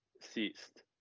ceased